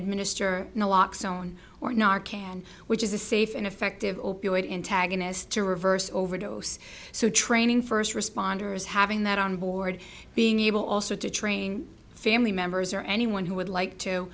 administer in a lock zone or not can which is a safe and effective opioid in tagging is to reverse overdose so training first responders having that onboard being able also to train family members or anyone who would like to